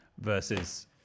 versus